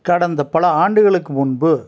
கடந்த பல ஆண்டுகளுக்கு முன்பு